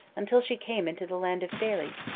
until she came into the land of faery,